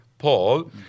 Paul